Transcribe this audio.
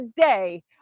today